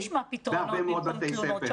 בוא נשמע פתרונות במקום תלונות,